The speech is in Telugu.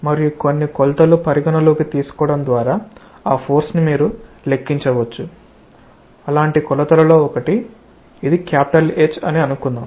మరియు కొన్ని కొలతలు పరిగణనలోకి తీసుకోవడం ద్వారా ఆ ఫోర్స్ ని మీరు లెక్కించవచ్చు కొలతలలో ఒకటి ఇది H అని అనుకుందాం